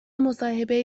مصاحبه